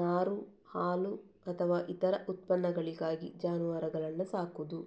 ನಾರು, ಹಾಲು ಅಥವಾ ಇತರ ಉತ್ಪನ್ನಗಳಿಗಾಗಿ ಜಾನುವಾರುಗಳನ್ನ ಸಾಕುದು